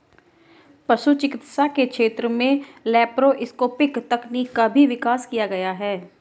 पशु चिकित्सा के क्षेत्र में लैप्रोस्कोपिक तकनीकों का भी विकास किया गया है